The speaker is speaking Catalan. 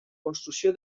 construcció